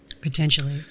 Potentially